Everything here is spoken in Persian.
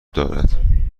دارد